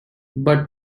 but